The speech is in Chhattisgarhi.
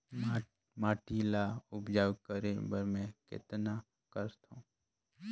माटी ल उपजाऊ करे बर मै कतना करथव?